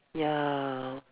ya